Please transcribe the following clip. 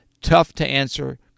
tough-to-answer